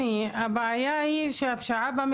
פעם שנייה בנושא ההון השחור ופעם שלישית בחיזוק